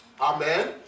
Amen